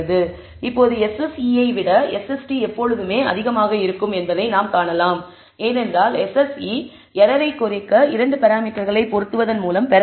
இப்போது SSEயை விட SST எப்போதுமே அதிகமாக இருக்கும் என்பதை நான் காண முடியும் ஏனென்றால் SSE ஏரரை குறைக்க இரண்டு பராமீட்டர்களை பொருத்துவதன் மூலம் பெறப்பட்டது